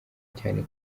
cyane